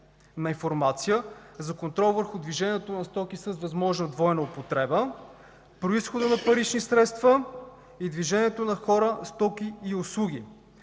на информация за контрол върху движението на стоки с възможна двойна употреба, произхода на парични средства и движението на хора, стоки и услуги,